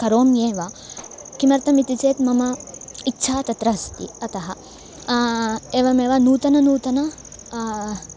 करोम्येव किमर्थमिति चेत् मम इच्छा तत्र अस्ति अतः एवमेव नूतनं नूतने